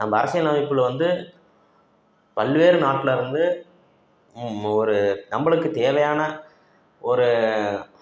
நம்ம அரசியல் அமைப்பில் வந்து பல்வேறு நாட்டிலருந்து ஒரு நம்மளுக்கு தேவையான ஒரு